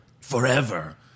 Forever